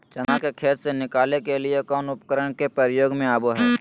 चना के खेत से निकाले के लिए कौन उपकरण के प्रयोग में आबो है?